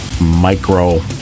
micro